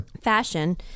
fashion